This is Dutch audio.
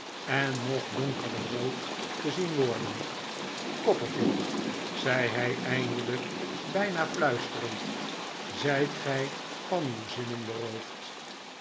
en nog donkerder rood te zien worden copperfield zei hij eindelijk bijna fluisterend zijt gij van uw zinnen beroofd